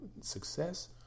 success